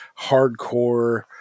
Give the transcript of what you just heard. hardcore